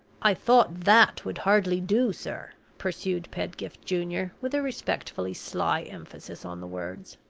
i thought that would hardly do, sir, pursued pedgift junior, with a respectfully sly emphasis on the words.